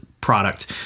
product